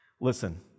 listen